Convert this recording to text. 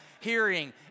hearing